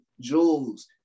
jewels